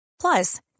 Plus